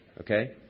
Okay